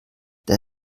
der